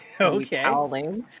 okay